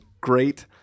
great